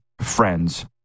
friends